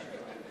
נתקבל.